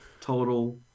total